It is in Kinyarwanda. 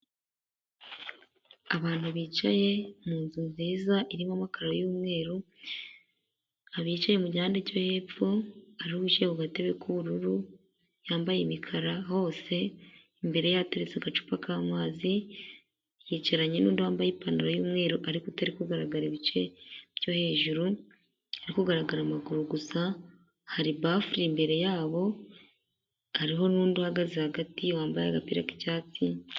Abantu bicaye mu nzu nziza irimo amakara y'umweru, abicaye mu cyande cyo hepfo aruwicaye ku gatebe k'ubururu yambaye imikara hose, imbere ye hateretse agacupa k'amazi yicaranye n'undi wambaye ipantaro y'umweru ariko utari kugaragara ibice byo hejuru, ari kugaragara amaguru gusa. Hari bafure imbere yabo hariho n'undi uhagaze hagati wambaye agapira k'icyatsi.